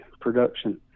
production